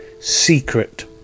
secret